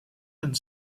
and